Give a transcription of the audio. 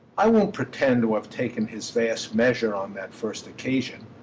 i won't pretend to have taken his vast measure on that first occasion,